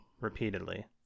repeatedly